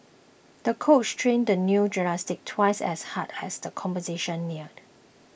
the coach trained the young gymnast twice as hard as the competition neared